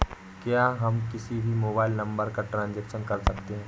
क्या हम किसी भी मोबाइल नंबर का ट्रांजेक्शन कर सकते हैं?